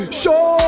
show